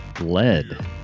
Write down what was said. lead